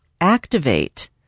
activate